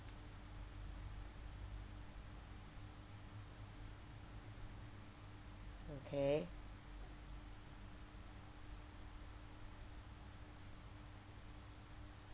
okay